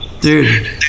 Dude